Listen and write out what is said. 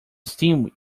steam